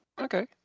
Okay